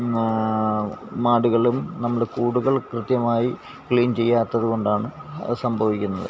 മാടുകളും നമ്മൾ കൂടുകൾ കൃത്യമായി ക്ലീൻ ചെയ്യാത്തതുകൊണ്ടാണ് അത് സംഭവിക്കുന്നത്